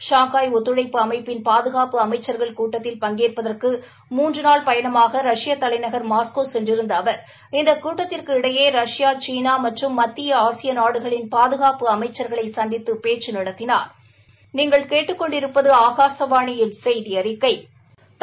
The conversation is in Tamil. ஷாங்காய் ஒத்துழைப்பு அமைப்பின் பாதுகாப்பு அமைச்சுகள் கூட்டத்தில் பங்கேற்பதற்கு மூன்று நாள் பயணமாக ரஷ்யா தலைநகர் மாஸ்கோ சென்றிருந்த அவர் இந்த கூட்டத்திற்கு இடையே ரஷ்யா சீனா மற்றும் மத்திய ஆசிய நாடுகளின் பாதுகாப்பு அமைச்சா்களை சந்தித்து பேச்சு நடத்தினாா்